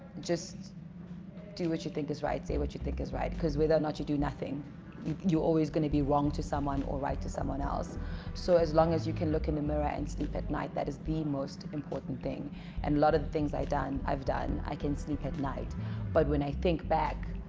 just do what you think is right say what you think is right because whether or not you do nothing you're always going to be wrong to someone or right to someone else so as long as you can look in the mirror and sleep at night that is the most important thing and a lot of things i done i've done i can sleep at night but when i think back